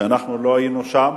שלא היינו שם,